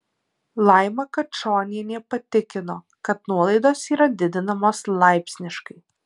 laima kačonienė patikino kad nuolaidos yra didinamos laipsniškai